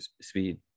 Speed